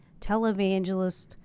televangelist